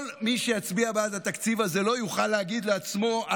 כל מי שיצביע בעד התקציב הזה לא יוכל להגיד על עצמו: